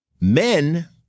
men